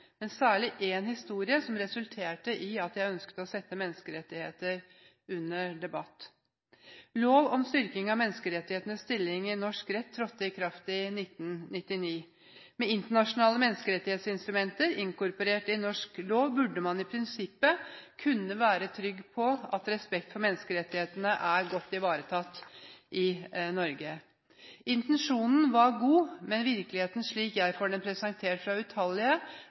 men særlig én historie resulterte i at jeg har ønsket å sette menneskerettigheter under debatt. Lov om styrking av menneskerettighetenes stilling i norsk rett trådte i kraft i 1999. Med internasjonale menneskerettighetsinstrumenter inkorporert i norsk lov burde man i prinsippet kunne være trygg på at respekt for menneskerettighetene er godt ivaretatt i Norge. Intensjonen var god, men virkeligheten, slik jeg får den presentert fra utallige,